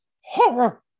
horror